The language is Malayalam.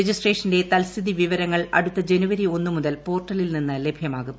രജിസ്ട്രേഷന്റെ തത്സ്ഥിതി വിവരങ്ങൾ അടുത്ത ജനുവരി ഒന്നുമുതൽ പോർട്ടലിൽ നിന്ന് ലഭ്യമാകും